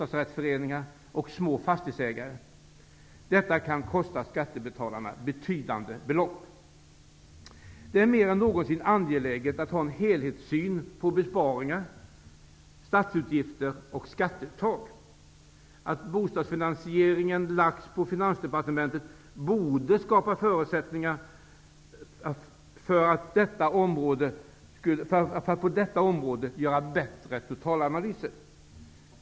Detta kan komma att kosta skattebetalarna betydande belopp. Det är mer än någonsin angeläget att ha en helhetssyn på besparingar, statsutgifter och skatteuttag. Att bostadsfinansieringen lagts på Finansdepartementet borde skapa förutsättningar att på detta område göra bättre totalanalyser.